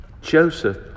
Joseph